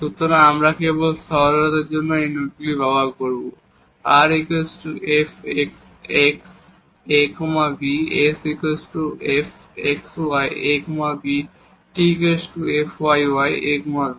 সুতরাং আমরা কেবল সরলতার জন্য এই নোটগুলি ব্যবহার করব r fxx a b s fxy a b t fyy a b